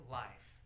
life